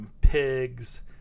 pigs